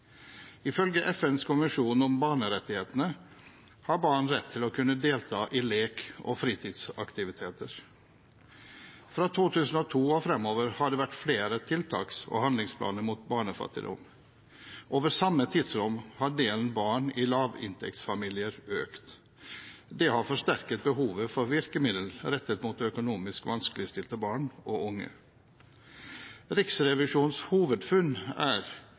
Ifølge FNs konvensjon om barnerettighetene har barn rett til å kunne delta i lek og fritidsaktiviteter. Fra 2002 og fremover har det vært flere tiltaks- og handlingsplaner mot barnefattigdom. I det samme tidsrommet har andelen barn i lavinntektsfamilier økt. Det har forsterket behovet for virkemidler rettet mot økonomisk vanskeligstilte barn og unge. Riksrevisjonens hovedfunn er: